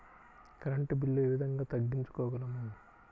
Current bill ఏ విధంగా తగ్గించుకోగలము?